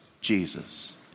Jesus